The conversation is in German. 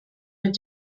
mit